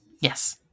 Yes